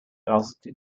asked